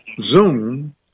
Zoom